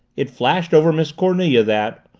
it flashed over miss cornelia that,